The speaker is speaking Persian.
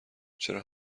چرا